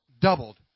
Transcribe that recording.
doubled